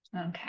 Okay